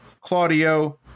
Claudio